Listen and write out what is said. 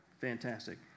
Fantastic